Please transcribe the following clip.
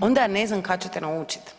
onda ne znam kad ćete naučit.